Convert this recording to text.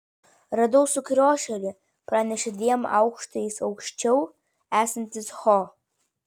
radau sukriošėlį pranešė dviem aukštais aukščiau esantis ho